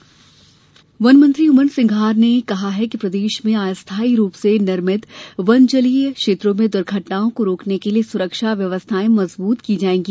one सुरक्षा वन मंत्री उमंग सिंघार ने कहा है कि प्रदेश में अस्थाई रूप से निर्मित वन जलीय क्षेत्रों में द्र्घटनाओं को रोकने के लिये सुरक्षा व्यवस्थायें मजबूत की जायेंगी